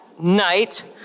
night